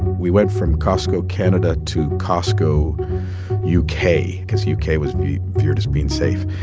we went from costco canada to costco u k. cause u k. was viewed viewed as being safe.